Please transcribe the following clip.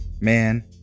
Man